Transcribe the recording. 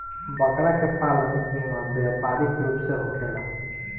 बकरा के पालन इहवा व्यापारिक रूप से होखेला